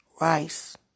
Rice